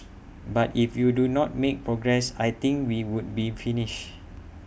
but if you do not make progress I think we would be finished